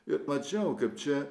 ir mačiau kaip čia